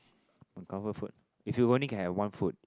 on food if you only can have one food